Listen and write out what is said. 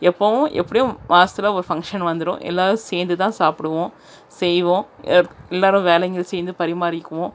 எப்போவும் எப்படியும் மாசத்தில் ஒரு ஃபங்ஷன் வந்துரும் எல்லோரும் சேர்ந்துதான் சாப்பிடுவோம் செய்வோம் எ எல்லோரும் வேலைங்கள் சேர்ந்து பரிமாறிக்குவோம்